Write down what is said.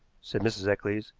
said mrs. eccles,